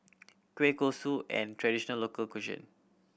kueh kosui an traditional local cuisine